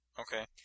Okay